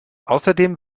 außerdem